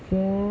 four